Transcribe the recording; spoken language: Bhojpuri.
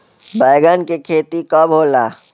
बैंगन के खेती कब होला?